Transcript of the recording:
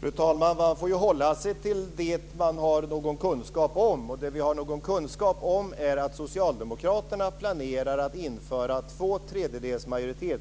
Fru talman! Vi får ju hålla oss till det som vi har någon kunskap om, och det som vi har någon kunskap om är att Socialdemokraterna planerar att införa regler om två tredjedels majoritet